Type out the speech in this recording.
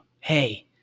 hey